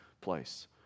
place